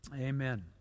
Amen